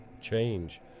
change